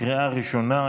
לקריאה ראשונה.